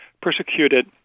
persecuted